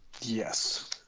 Yes